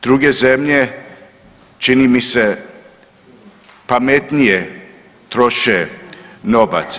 Druge zemlje čini mi se pametnije troše novac.